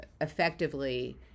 effectively